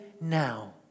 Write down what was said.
now